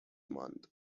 ماند